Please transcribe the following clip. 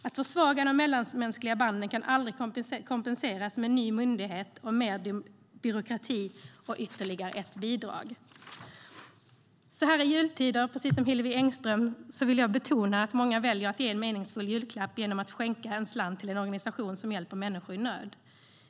Att försvaga de mellanmänskliga banden kan aldrig kompenseras med en ny myndighet, mer byråkrati och ytterligare ett bidrag. Så här i jultider vill jag, precis som Hillevi Engström gjorde, betona att många väljer att ge en meningsfull julklapp genom att skänka en slant till en organisation som hjälper människor i nöd.